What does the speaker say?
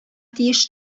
тиеш